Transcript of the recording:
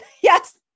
Yes